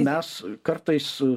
mes kartais